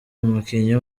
umukinnyi